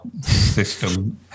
system